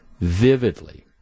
vividly